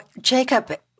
Jacob